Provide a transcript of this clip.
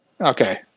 okay